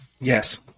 Yes